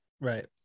Right